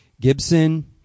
Gibson